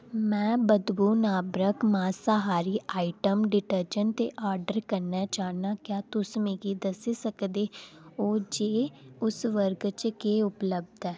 में बदबू नवारक मासाहारी आइटम डिटर्जैंट दे आर्डर करने चाह्न्नां क्या तुस मिगी दस्सी सकदे ओ जे उस वर्ग च केह् उपलब्ध ऐ